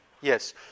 Yes